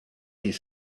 his